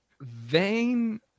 vain